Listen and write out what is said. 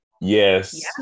Yes